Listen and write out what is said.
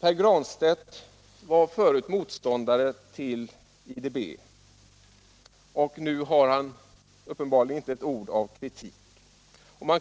Herr Granstedt var förut motståndare till IDB. Nu har han uppenbarligen inte ett ord av kritik att komma med.